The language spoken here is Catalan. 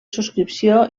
subscripció